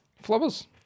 Flowers